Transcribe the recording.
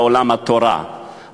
בעולם התורה,